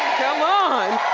come on!